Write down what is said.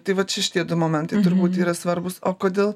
tai va čia šitie du momentai turbūt yra svarbūs o kodėl